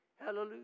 hallelujah